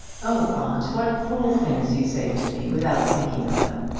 oh, aunt, what cruel things you say to me without thinking of them!